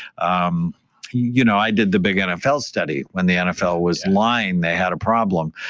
um you know i did the big nfl study. when the nfl was lying, they had a problem,